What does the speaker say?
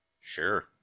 Sure